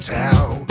town